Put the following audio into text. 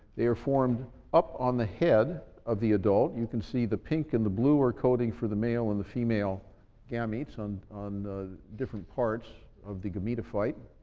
they are formed up on the head of the adult. you can see the pink and the blue are coding for the male and the female gametes, on on different parts of the gametophyte.